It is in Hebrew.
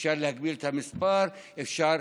אפשר להגביל את המספר, אפשר